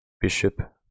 bishop